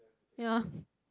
ya